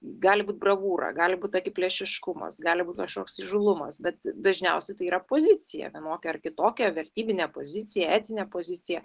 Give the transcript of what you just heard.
gali būt bravūra gali būt akiplėšiškumas gali būt koks įžūlumas bet dažniausiai tai yra pozicija vienokia ar kitokia vertybinę pozicija etinė pozicija